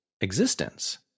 existence